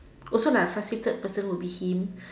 also like a frustrated person would be him